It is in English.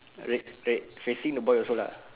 red red facing the boy also lah